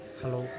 hello